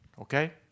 okay